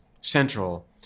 central